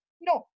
No